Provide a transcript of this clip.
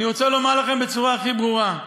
אני רוצה לומר לכם בצורה הכי ברורה: